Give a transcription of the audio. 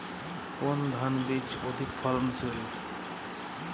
কোন ধান বীজ অধিক ফলনশীল?